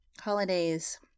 holidays